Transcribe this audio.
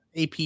AP